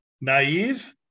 naive